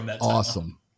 awesome